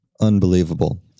Unbelievable